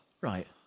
Right